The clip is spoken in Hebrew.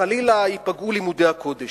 חלילה ייפגעו לימודי הקודש,